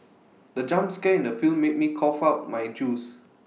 the jump scare in the film made me cough out my juice